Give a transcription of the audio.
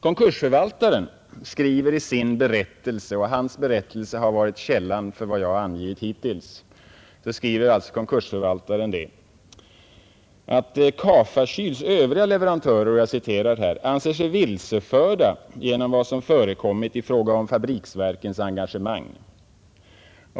Konkursförvaltaren skriver i sin berättelse, som varit källan för vad jag angivit hittills, att Ka-Fa Kyls övriga leverantörer ”anser sig vilseförda genom vad som förekommit i fråga om FFV:s engagemang”.